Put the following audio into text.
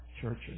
churches